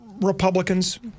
republicans